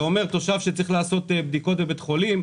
זה אומר תושב שצריך לעשות בדיקה בבית חולים,